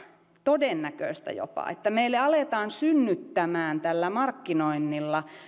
todennäköistä jopa että meille aletaan synnyttämään tällä markkinoinnilla